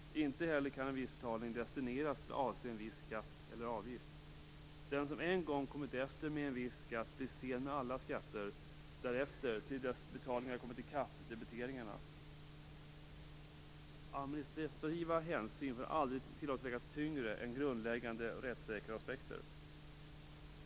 Inte heller kan en viss betalning destineras till att avse en viss skatt eller avgift. Den som en gång kommit efter med en viss skatt blir sen med alla skatter därefter till dess betalningarna kommit i kapp debiteringarna. Administrativa hänsyn får aldrig tillåtas väga tyngre än grundläggande rättssäkerhetsaspekter.